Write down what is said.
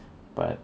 but